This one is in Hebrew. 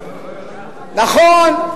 נכון,